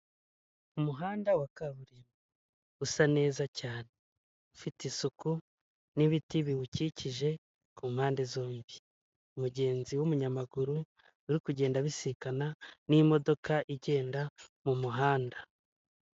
Umuhanda wa kaburimbo usa neza cyane, ufite isuku n'ibiti biwukikije ku mpande zombi umugenzi w'umunyamaguru ari kugenda abisikana n'imodoka igenda mumuhanda